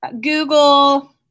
Google